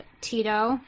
Tito